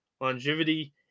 longevity